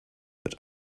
but